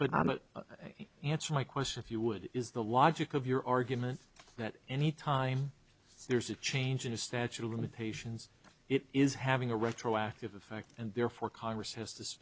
common answer my question if you would is the logic of your argument that any time there's a change in the statute of limitations it is having a retroactive effect and therefore congress has t